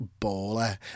baller